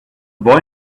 boy